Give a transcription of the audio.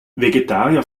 vegetarier